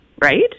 right